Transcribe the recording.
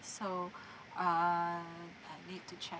so err I need to check